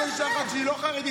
גם לאישה אחת שהיא לא חרדית,